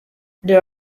there